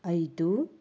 ಐದು